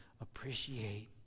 appreciate